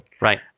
Right